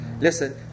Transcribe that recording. listen